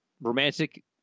romantic